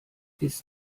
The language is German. ist